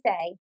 say